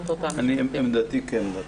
עמדתי כעמדתך.